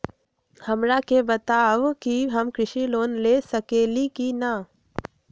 हमरा के बताव कि हम कृषि लोन ले सकेली की न?